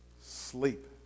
Sleep